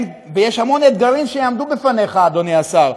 יש המון אתגרים שיעמדו בפניך, אדוני השר.